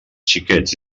xiquets